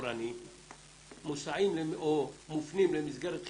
התורני מוסעים או מופנים למסגרת אחרת.